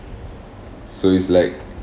so it's like